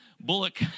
Bullock